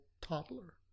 toddler